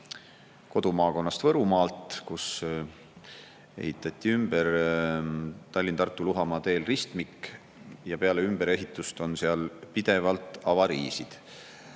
kodumaakonnast Võrumaalt, kus ehitati ümber Tallinna–Tartu–Luhamaa teel ristmik ja peale ümberehitust on seal pidevalt avariisid.